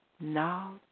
Now